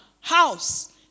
house